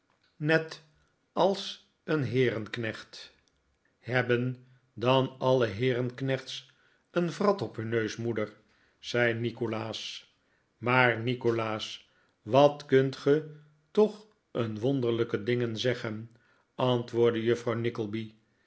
net als een heerenknecht hebben dan alle heerenknechts een wrat op hun neus moeder zei nikolaas maar nikolaas wat kunt ge toch een wonderlijke dingen zeggen antwoordde juffrouw